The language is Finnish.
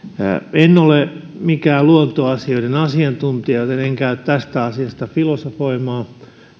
en ole mikään luontoasioiden asiantuntija joten en en käy tästä asiasta filosofoimaan